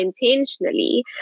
intentionally